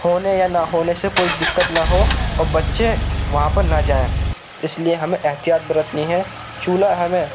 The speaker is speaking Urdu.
ہونے یا نہ ہونے سے کوئی دقت نہ ہو اور بچے وہاں پر نہ جائیں اس لئے ہمیں احتیاط برتنی ہے چولہا ہمیں